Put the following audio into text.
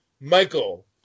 Michael